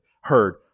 heard